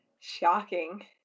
Shocking